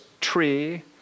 tree